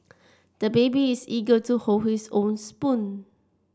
the baby is eager to hold his own spoon